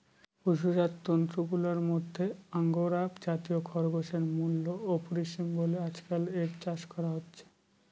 পশুজাত তন্তুগুলার মধ্যে আঙ্গোরা জাতীয় খরগোশের মূল্য অপরিসীম বলে আজকাল এর চাষ করা হচ্ছে